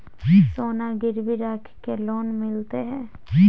सोना गिरवी रख के लोन मिलते है?